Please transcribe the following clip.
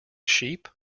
sheep